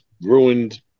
ruined